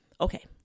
okay